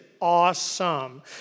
awesome